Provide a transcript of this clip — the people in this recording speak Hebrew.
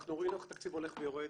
אנחנו ראינו איך התקציב הולך ויורד